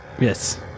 Yes